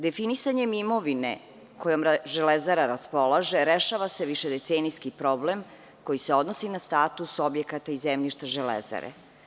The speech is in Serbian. Definisanjem imovine kojom „Železara“ raspolaže rešava se višedecenijski problem koji se odnosi na status objekata i zemljišta „Železare“